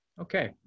Okay